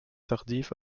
tardive